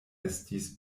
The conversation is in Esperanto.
estis